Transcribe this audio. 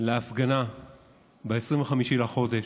להפגנה ב-25 בחודש,